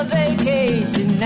vacation